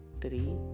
three